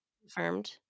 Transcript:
confirmed